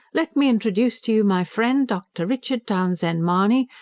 let me introduce to you my friend, dr. richard townshend-mahony,